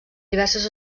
diverses